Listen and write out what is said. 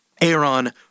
Aaron